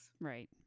right